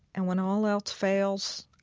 and when all else fails,